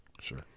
Sure